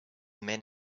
men